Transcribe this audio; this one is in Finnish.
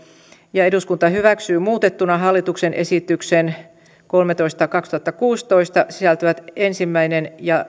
ja eduskunta hyväksyy muutettuna hallituksen esitykseen kolmetoista kautta kaksituhattakuusitoista sisältyvät ensimmäinen ja